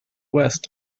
west